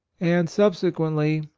and, sub sequently,